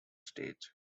stage